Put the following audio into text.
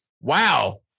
wow